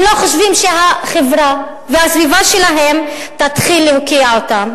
הם לא חושבים שהחברה והסביבה שלהם תתחיל להוקיע אותם,